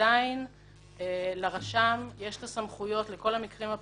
עדיין לרשם יש סמכויות לכל המקרים הפרטניים.